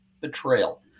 betrayal